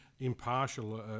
impartial